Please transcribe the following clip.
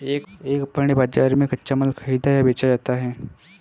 एक पण्य बाजार में कच्चा माल खरीदा या बेचा जाता है